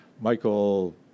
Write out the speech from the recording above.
Michael